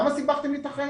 למה סיבכתם לי את החיים?